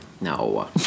No